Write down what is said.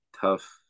tough